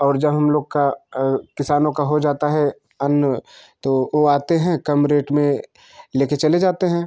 और जब हम लोग का किसानों का हो जाता है अन्य तो वह आते हैं कम रेट में लेकर चले जाते हैं